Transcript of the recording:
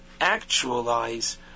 actualize